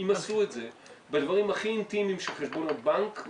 אם עשו את זה בדברים הכי אינטימיים של חשבון הבנק,